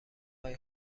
های